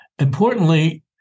Importantly